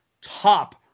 top